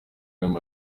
madrid